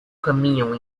caminham